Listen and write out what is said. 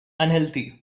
unhealthy